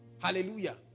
Hallelujah